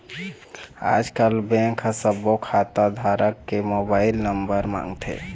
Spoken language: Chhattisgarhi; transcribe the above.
आजकल बेंक ह सब्बो खाता धारक के मोबाईल नंबर मांगथे